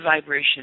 vibration